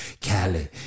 Cali